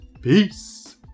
Peace